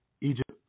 Egypt